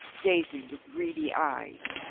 gaz ing with greedy eyes.